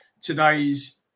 today's